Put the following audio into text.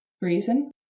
reason